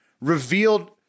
revealed